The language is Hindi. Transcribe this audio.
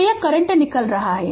तो यह Va भागित 5 है